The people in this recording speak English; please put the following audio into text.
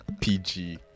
PG